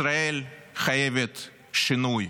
ישראל חייבת שינוי.